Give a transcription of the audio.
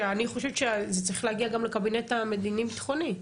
שאני חושבת שזה צריך להגיע גם לקבינט המדיני ביטחוני.